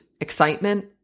excitement